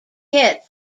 kits